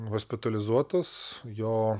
hospitalizuotas jo